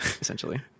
Essentially